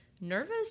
nervous